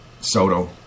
Soto